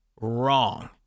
wrong